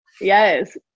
Yes